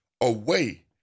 away